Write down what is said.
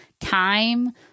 time